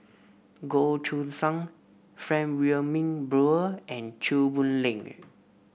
Goh Choo San Frank Wilmin Brewer and Chew Boon Link